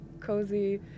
cozy